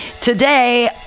Today